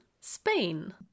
Spain